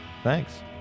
Thanks